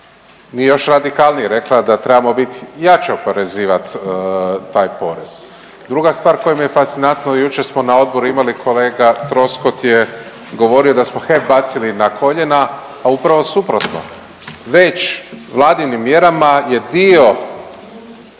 još radikalnije rekla da trebamo biti, jače oporezivati taj porez. Druga stvar koja mi je fascinantna jučer smo na odboru imali kolega Troskot je govorio da smo HEP bacili na koljena, a upravo suprotno. Već vladinim mjerama je dio